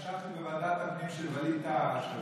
רק הערה אחת: אני ישבתי בוועדת הפנים של ווליד טאהא השבוע.